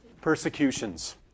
Persecutions